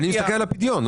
אני מסתכל על הפדיון.